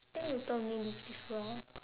think you told me this before